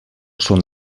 són